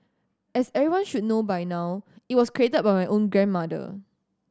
as everyone should know by now it was created by my own grandmother